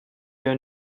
your